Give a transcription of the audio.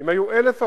אם היו 1,000 הרוגים,